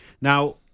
Now